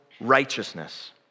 righteousness